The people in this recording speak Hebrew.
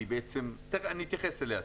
ותיכף אתייחס אליה.